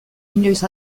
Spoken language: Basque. inoiz